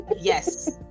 Yes